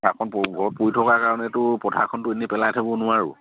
পথাৰখন ঘৰত পৰি থকাৰ কাৰণেতো পথাৰখনটো এনেই পেলাই থ'ব নোৱাৰোঁ